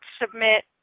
submit